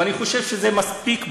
ואני חושב שזה מספיק ברור.